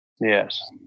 yes